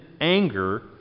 anger